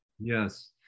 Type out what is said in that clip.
yes